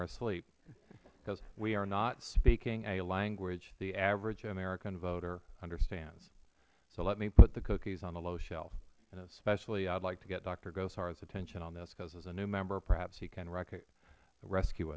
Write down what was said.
are asleep because we are not speaking a language the average american voter understands so let me put the cookies on a low shelf and especially i would like to get doctor gosars attention on this because as a new member perhaps he can re